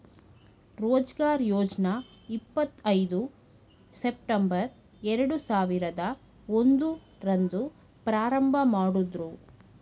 ರೋಜ್ಗಾರ್ ಯೋಜ್ನ ಇಪ್ಪತ್ ಐದು ಸೆಪ್ಟಂಬರ್ ಎರಡು ಸಾವಿರದ ಒಂದು ರಂದು ಪ್ರಾರಂಭಮಾಡುದ್ರು